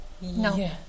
no